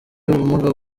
ubumuga